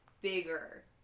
bigger